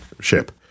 ship